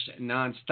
nonstop